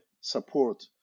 support